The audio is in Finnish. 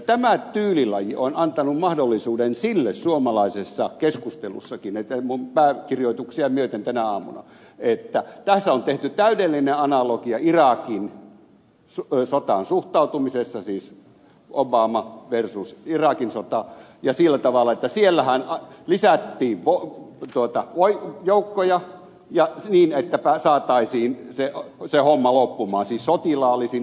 tämä tyylilaji on antanut mahdollisuuden sille suomalaisessa keskustelussakin pääkirjoituksia myöten tänä aamuna että tässä on tehty täydellinen analogia irakin sotaan suhtautumisessa siis obama versus irakin sota ja sillä tavalla että siellähän lisättiin joukkoja niin että saataisiin se homma loppumaan siis sotilaallisin toimenpitein loppumaan